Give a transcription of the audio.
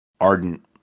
ardent